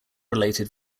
related